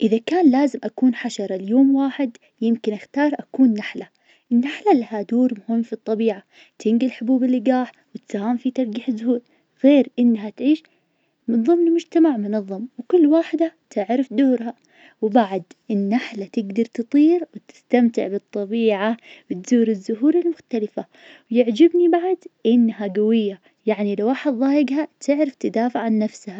إذا كان لازم أكون حشرة ليوم واحد, يمكن اختار أكون نحلة, النحلة لها دور مهم في الطبيعة, تنقل حبوب اللقاح, وتساهم في تلقيح الزهور, غير إنها تعيش من ضمن مجتمع منظم, وكل واحدة تعرف دورها, وبعد النحلة تقدر تطير وتستمتع بالطبيعة, بتزور الزهور المختلفة, ويعجبني بعد إنها قوية, يعني لو واحد ضايقها تعرف تدافع عن نفسها.